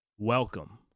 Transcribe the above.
Welcome